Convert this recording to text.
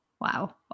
Wow